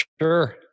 sure